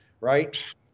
right